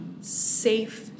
safe